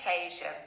occasion